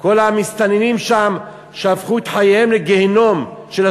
כל המסתננים שם שהפכו את חייהם של התושבים